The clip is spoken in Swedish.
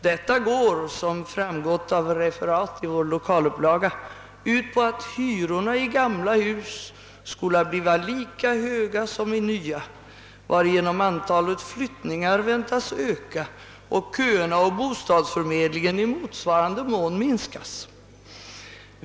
Detta går — som framgått av referat i vår lokalupplaga — ut på att hyrorna i gamla hus skola bliva lika höga som i nya, varigenom antalet flyttningar väntas öka och köerna å bostadsförmedlingen i motsvarande mån minskas.